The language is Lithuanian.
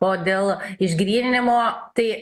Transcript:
o dėl išgryninimo tai